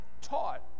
taught